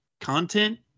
content